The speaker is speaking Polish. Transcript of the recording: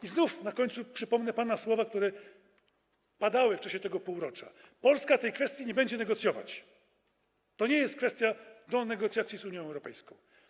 I znów na końcu przypomnę pana słowa, które padały w czasie tego półrocza: Polska tej kwestii nie będzie negocjować, to nie jest kwestia do negocjacji z Unią Europejską.